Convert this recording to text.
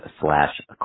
slash